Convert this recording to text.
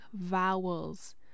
vowels